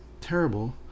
terrible